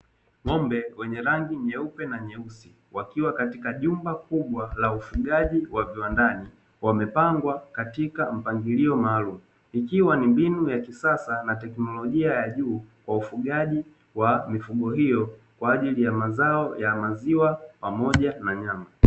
Ng`ombe wenye rangi nyeupe na nyeusi, wakiwa katika jumba kubwa la ufugaji wa viwandani, wamepangwa katika mpangilio maalumu, ikiwa ni mbinu ya kisasa na teknolojia ya juu kwa ufugaji wa mifugo hiyo kwa ajili ya mazao ya maziwa pamoja na nyama.